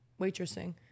waitressing